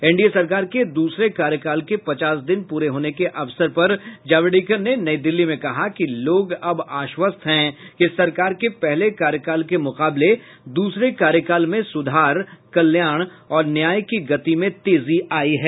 NDA सरकार के दूसरे कार्यकाल के पचास दिन पूरे होने के अवसर पर जावड़ेकर ने नई दिल्ली में कहा कि लोग अब आश्वस्त हैं कि सरकार के पहले कार्यकाल के मुकाबले दूसरे कार्यकाल में सुधार कल्याण और न्याय की गति में तेजी आई है